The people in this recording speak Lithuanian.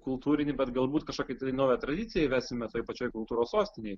kultūrinį bet galbūt kažkokį tai naują tradiciją įvesime toj pačioj kultūros sostinėj